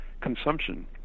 consumption